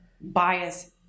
bias